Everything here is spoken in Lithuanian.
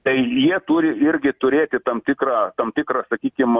tai jie turi irgi turėti tam tikrą tam tikrą sakykim